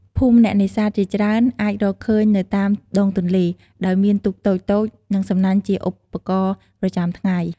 ភូមិអ្នកនេសាទជាច្រើនអាចរកឃើញនៅតាមដងទន្លេ ដោយមានទូកតូចៗ និងសំណាញ់ជាឧបករណ៍ប្រចាំថ្ងៃ។